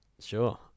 Sure